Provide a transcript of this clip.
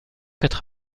quatre